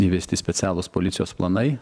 įvesti specialūs policijos planai